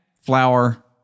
Flour